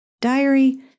Diary